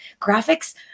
graphics